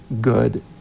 good